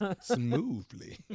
Smoothly